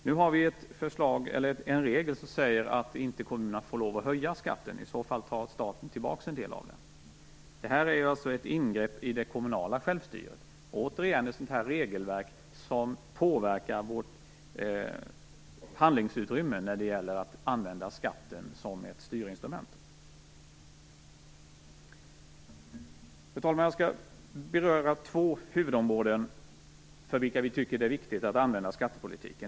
Nu har vi en regel som säger att kommunerna inte får lov att höja skatten, för i så fall tar staten tillbaka en del av den. Detta är ett ingrepp i det kommunala självstyret - återigen ett regelverk som påverkar vårt handlingsutrymme när det gäller att använda skatten som ett styrinstrument. Fru talman! Jag skall beröra två huvudområden för vilka vi tycker att det är viktigt att använda skattepolitiken.